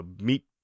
meat